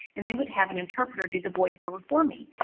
and they would have an interpreter do the voice-over for me.